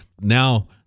now